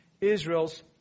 Israel's